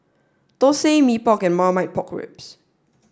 Thosai Mee Pok and Marmite Pork Ribs